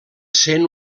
sent